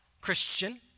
Christian